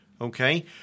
okay